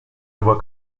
voit